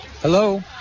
Hello